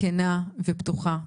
כנה ופתוחה.